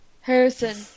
Harrison